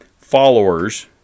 followers